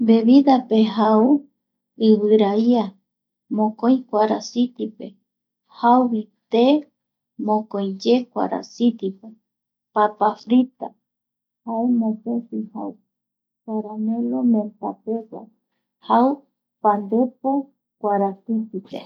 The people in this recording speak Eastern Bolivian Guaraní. Bebidape jau ivira ia, mokoi kuarasitipe jauvi te mokoiye kuarasitipe, papas frita, jae mopeti, caramelo menta pegua jau pandepo kuarasitipe